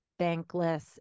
bankless